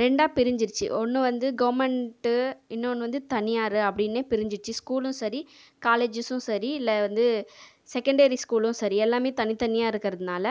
ரெண்டாக பிரிஞ்சுடுச்சி ஒன்று வந்து கவர்மெண்ட்டு இன்னொன்று வந்து தனியார் அப்படின்னு பிரிஞ்சுடுச்சு ஸ்கூலும் சரி காலேஜஸும் சரி இல்லை வந்து செகண்டரி ஸ்கூலும் சரி எல்லாமே தனி தனியாக இருக்கிறதினால